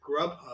Grubhub